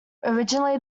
originally